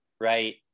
right